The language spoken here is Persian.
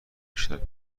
اشتراک